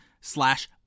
slash